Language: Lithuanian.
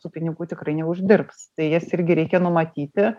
tų pinigų tikrai neuždirbs tai jas irgi reikia numatyti